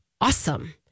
awesome